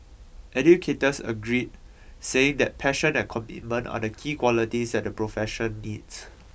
educators agreed saying that passion and commitment are the key qualities that the profession needs